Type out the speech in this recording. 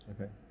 Okay